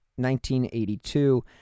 1982